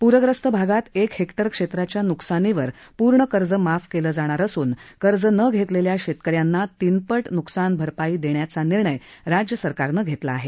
प्रग्रस्त भागात एक हेक्टर क्षेत्राच्या नुकसानावर पूर्ण कर्ज माफ केलं जाणार असून कर्ज न घेतलेल्या शेतकऱ्यांना तीन पट न्कसान भरपाई देण्याचा निर्णय सरकारनं घेतला आहे